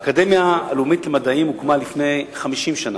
האקדמיה הלאומית למדעים הוקמה לפני 50 שנה.